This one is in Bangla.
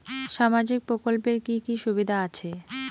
সামাজিক প্রকল্পের কি কি সুবিধা আছে?